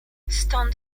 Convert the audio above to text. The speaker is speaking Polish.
stąd